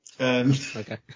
Okay